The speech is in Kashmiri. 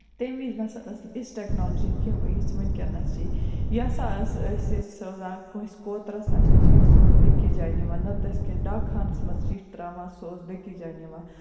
تَمہِ وِزِ نہ سا ٲسۍ نہٕ یِژھ ٹیکنالجی کینٛہہ یِژھ ؤنکیٚنس چھِ یہِ سا ٲسۍ أسۍ سوزان کٲنسہِ کوترَس اَتھِ چِٹھۍ سُہ اوس بیٚکِس جایہِ نِوان نہ تہٕ ٲسۍ کیٚنہہ ڈاک خانس منٛز چٹھۍ تراوان سُہ اوس بیٚکِس جایہِ نِوان